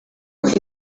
uko